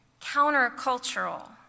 countercultural